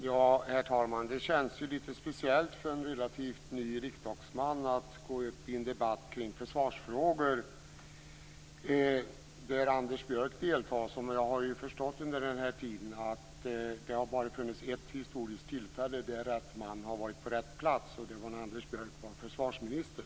Herr talman! Det känns litet speciellt för en relativt ny riksdagsman att delta i en debatt kring försvarsfrågor tillsammans med Anders Björck. Jag har under den här tiden förstått att det bara har funnits ett historiskt tillfälle då rätt man var på rätt plats, och det var när Anders Björck var försvarsminister.